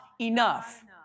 enough